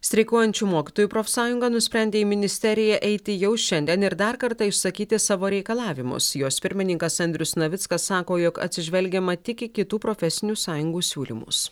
streikuojančių mokytojų profsąjunga nusprendė į ministeriją eiti jau šiandien ir dar kartą išsakyti savo reikalavimus jos pirmininkas andrius navickas sako jog atsižvelgiama tik į kitų profesinių sąjungų siūlymus